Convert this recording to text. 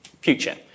future